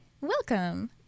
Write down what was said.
welcome